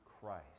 Christ